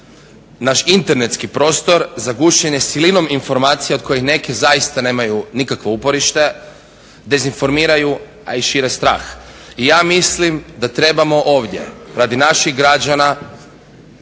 naš internetski prostor zagušen je silinom informacija od kojih neke zaista nemaju nikakvo uporište, dezinformiraju, a i šire strah. Ja mislim da trebamo ovdje radi naših građana